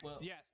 Yes